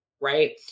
Right